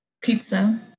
Pizza